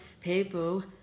people